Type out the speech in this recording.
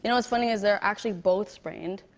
and what's funny is they're actually both sprained.